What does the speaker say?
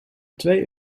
twee